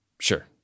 sure